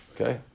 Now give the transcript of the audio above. Okay